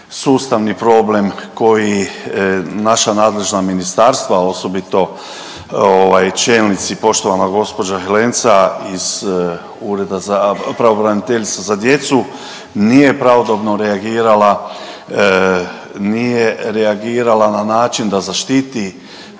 sustavni problem koji naša nadležna ministarstva a osobito ovaj čelnici i poštovana gđa. Helenca iz ureda za, pravobraniteljica za djecu nije pravodobno reagirala, nije reagirala na